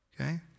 Okay